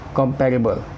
comparable